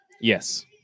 yes